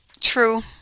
True